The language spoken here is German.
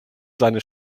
seine